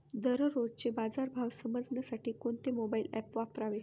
दररोजचे बाजार भाव समजण्यासाठी कोणते मोबाईल ॲप वापरावे?